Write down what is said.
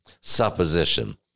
Supposition